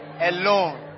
Alone